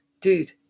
Dude